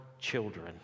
children